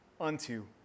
unto